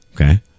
Okay